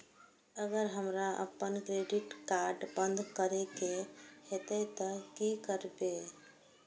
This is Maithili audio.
अगर हमरा आपन क्रेडिट कार्ड बंद करै के हेतै त की करबै?